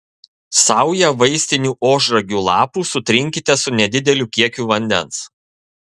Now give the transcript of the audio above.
saują vaistinių ožragių lapų sutrinkite su nedideliu kiekiu vandens